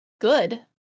good